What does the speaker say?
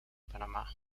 panamá